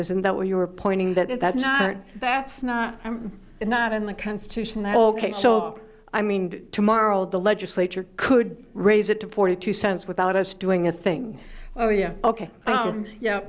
isn't that where you were pointing that and that's not that's not i'm not in the constitution that ok so i mean tomorrow the legislature could raise it to forty two cents without us doing a thing oh yeah ok